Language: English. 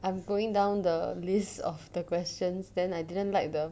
I am going down the list of the questions then I didn't like the